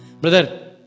brother